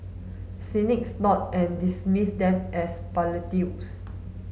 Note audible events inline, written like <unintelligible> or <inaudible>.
cynics snort and dismiss them as <unintelligible>